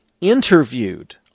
interviewed